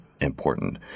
important